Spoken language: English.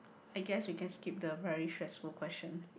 I guess we can skip the very stressful question